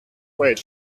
wait